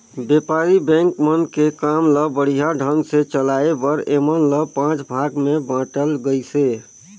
बेपारी बेंक मन के काम ल बड़िहा ढंग ले चलाये बर ऐमन ल पांच भाग मे बांटल गइसे